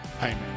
Amen